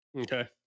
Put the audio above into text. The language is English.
okay